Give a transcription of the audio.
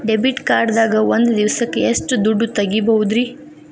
Debit card ದಾಗ ಒಂದ್ ದಿವಸಕ್ಕ ಎಷ್ಟು ದುಡ್ಡ ತೆಗಿಬಹುದ್ರಿ?